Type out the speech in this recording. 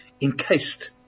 encased